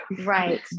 Right